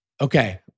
Okay